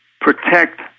protect